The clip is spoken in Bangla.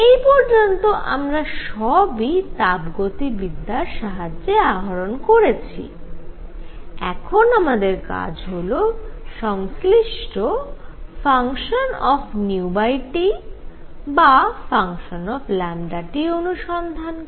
এই পর্যন্ত আমরা সবই তাপগতিবিদ্যার সাহায্যে আহরণ করেছি এখন আমাদের কাজ হল সংশ্লিষ্ট fT বা fT অনুসন্ধান করা